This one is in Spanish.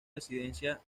residencia